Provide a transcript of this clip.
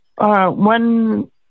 one